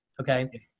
Okay